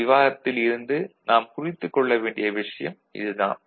இந்த விவாதத்தில் இருந்து நாம் குறித்துக் கொள்ளவேண்டிய விஷயம் இதுதான்